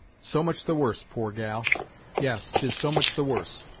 so much the worse, poor gal yes, tis so much the worse,